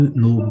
no